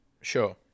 Sure